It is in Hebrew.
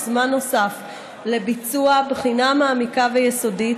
זמן נוסף לביצוע בחינה מעמיקה ויסודית,